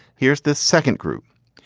here's the second group.